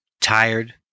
tired